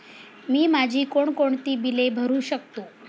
मी माझी कोणकोणती बिले भरू शकतो?